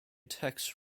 texts